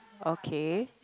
okay